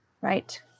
right